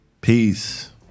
Peace